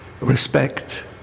respect